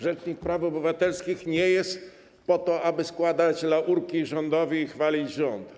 Rzecznik praw obywatelskich nie jest po to, aby składać laurki rządowi i chwalić rząd.